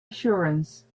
assurance